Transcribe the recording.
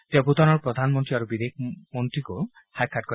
তেওঁ ভূটানৰ প্ৰধানমন্ত্ৰী আৰু বিদেশ মন্ত্ৰীকো সাক্ষাৎ কৰে